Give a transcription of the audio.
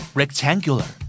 rectangular